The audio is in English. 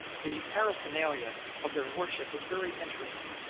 the paraphernalia of their worship is very interesting.